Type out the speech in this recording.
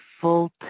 full